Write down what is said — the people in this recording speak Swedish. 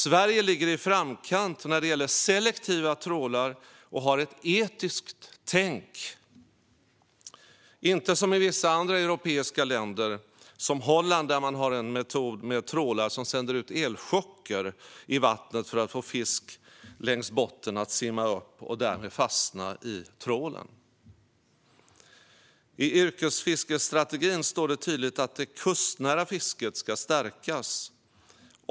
Sverige ligger i framkant när det gäller selektiva trålar och har ett etiskt tänk till skillnad från i vissa andra europeiska länder, som Holland, där man har en metod med trålar som sänder ut elchocker i vattnet för att få fisk längs botten att simma upp och därmed fastna i trålen. I yrkesfiskestrategin står det tydligt att det kustnära fisket ska stärkas.